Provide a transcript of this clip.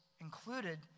included